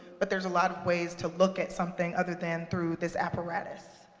but there's a lot of ways to look at something other than through this apparatus,